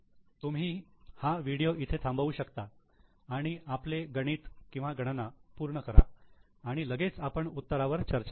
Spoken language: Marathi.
तुम्ही ही हा व्हिडीओ इथे थांबवू शकता आणि आपले गणित गणना पूर्ण करा आणि लगेच आपण उत्तरावर चर्चा करू